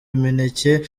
imineke